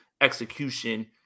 execution